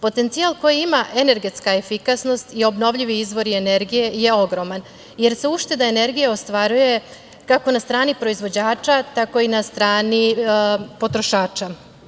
Potencijal koji ima energetska efikasnost i obnovljivi izvori energije je ogroman, jer se ušteda energije ostvaruje, kako na strani proizvođača, tako i na strani potrošača.